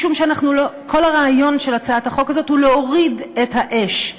משום שכל הרעיון של הצעת החוק הזאת הוא להוריד את האש,